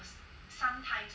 sometimes